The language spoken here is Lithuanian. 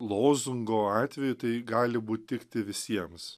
lozungo atveju tai gali būt tikti visiems